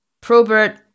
Probert